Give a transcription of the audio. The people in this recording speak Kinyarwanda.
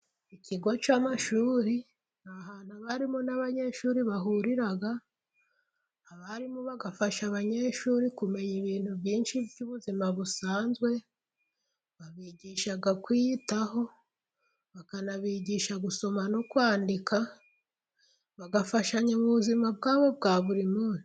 ilikigo cy'amashuri ni ahantu abarimu n'abanyeshuri bahurira, abarimu bagafasha abanyeshuri kumenya ibintu byinshi by'ubuzima busanzwe, babigisha kwiyitaho, bakanabigisha gusoma no kwandika, bagafashanya mu buzima bwabo bwa buri munsi.